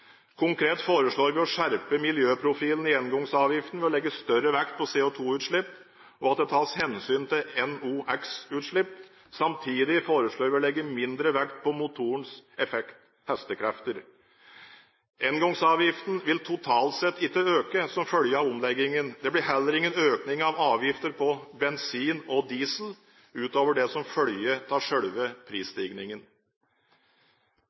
Konkret foreslår vi å skjerpe miljøprofilen i engangsavgiften ved å legge større vekt på CO2-utslipp, og at det tas hensyn til NOx-utslipp. Samtidig foreslår vi å legge mindre vekt på motorens effekt – hestekrefter. Engangsavgiften vil totalt sett ikke øke som følge av omleggingen. Det blir heller ingen økning av avgiftene på bensin og diesel utover det som